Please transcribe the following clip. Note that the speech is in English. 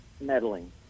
meddling